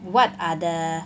what are the